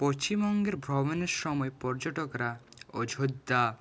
পশ্চিমবঙ্গের ভ্রমণের সময় পর্যটকরা অযোধ্যা